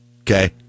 Okay